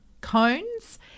Cones